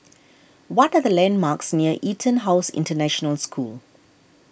what are the landmarks near EtonHouse International School